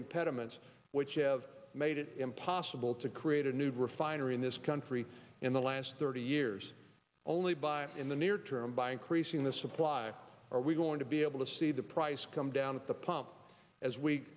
impediments which have made it impossible to create a new refinery in this country in the last thirty years only by in the near term by increasing the supply or are we going to be able to see the price come down at the pump as we